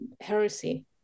heresy